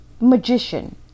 Magician